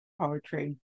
poetry